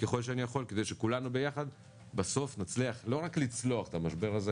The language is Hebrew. כדי שכולנו ביחד בסוף נצליח לא רק לצלוח את המשבר הזה